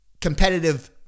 competitive